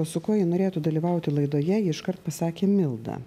su kuo ji norėtų dalyvauti laidoje ji iškart pasakė milda